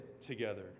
together